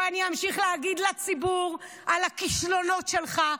ואני אמשיך להגיד לציבור על הכישלונות שלך,